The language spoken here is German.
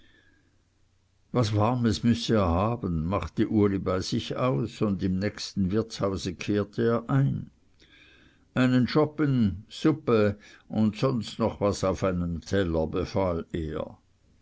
was warmes müsse er haben machte uli bei sich aus und im nächsten wirtshause kehrte er ein einen schoppen suppe und sonst noch was auf einem teller befahl er